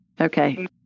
Okay